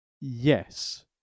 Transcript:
yes